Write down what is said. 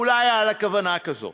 אולי הייתה לה כוונה כזאת,